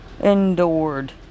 Endured